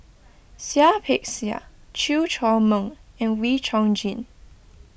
Seah Peck Seah Chew Chor Meng and Wee Chong Jin